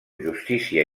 justícia